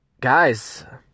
guys